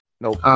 Nope